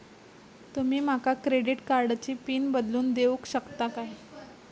तुमी माका क्रेडिट कार्डची पिन बदलून देऊक शकता काय?